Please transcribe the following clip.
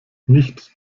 nicht